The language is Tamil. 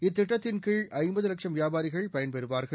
இத்திட்டத்தின் கீழ் ஜம்பது வட்சும் வியாபாரிகள் பயன்பெறுவார்கள்